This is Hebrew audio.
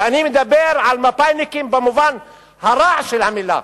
ואני מדבר על מפא"יניקים במובן הרע של המלה.